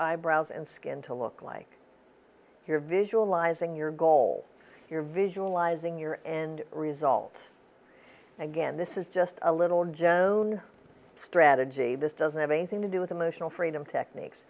eyebrows and skin to look like you're visualizing your goal your visualizing your end result again this is just a little strategy this doesn't have anything to do with emotional freedom techniques